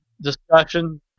discussion